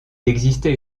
existait